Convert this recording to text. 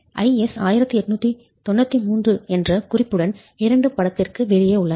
IS 1893 என்ற குறிப்புடன் 2 படத்திற்கு வெளியே உள்ளன